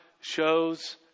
shows